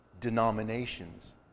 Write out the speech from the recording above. denominations